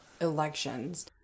elections